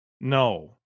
no